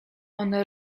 ono